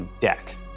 deck